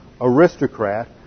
aristocrat